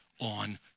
on